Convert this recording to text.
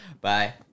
Bye